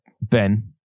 Ben